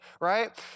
Right